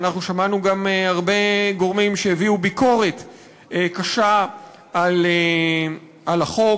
שמענו גם הרבה גורמים שהביעו ביקורת קשה על החוק.